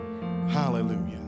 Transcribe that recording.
hallelujah